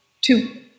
two